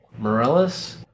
Morellis